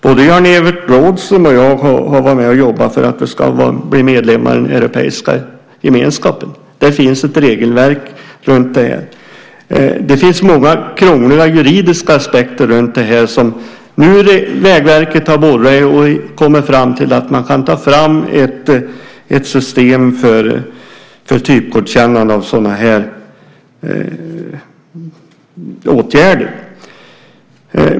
Både Jan-Evert Rådhström och jag jobbade för att vi skulle bli medlemmar av den europeiska gemenskapen. Där finns ett regelverk med många och krångliga juridiska aspekter kring detta. Nu har Vägverket borrat i frågan och kommit fram till att de kan ta fram ett system för typgodkännande av sådana åtgärder.